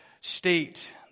state